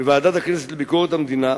בוועדת הכנסת לענייני ביקורת המדינה,